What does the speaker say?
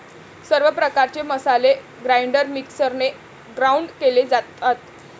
सर्व प्रकारचे मसाले ग्राइंडर मिक्सरने ग्राउंड केले जातात